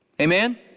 Amen